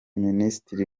minisitiri